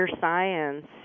science